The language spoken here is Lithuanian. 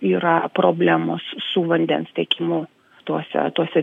yra problemos su vandens tiekimu tose tose